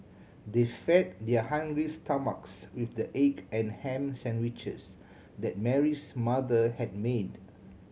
they fed their hungry stomachs with the egg and ham sandwiches that Mary's mother had made